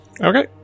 Okay